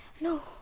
No